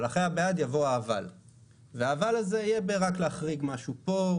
אבל אחרי הבעד יבוא האבל והאבל הזה יהיה רק בלהחריג משהו פה,